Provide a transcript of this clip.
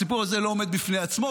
הסיפור הזה לא עומד בפני עצמו,